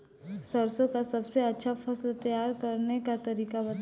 सरसों का सबसे अच्छा फसल तैयार करने का तरीका बताई